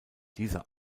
dieser